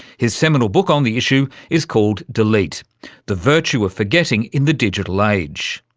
his seminal book on the issue is called delete the virtue of forgetting in the digital like age.